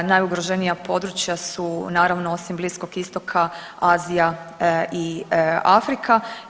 Najugroženija područja su naravno osim Bliskog Istoka, Azija i Afrika.